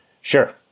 Sure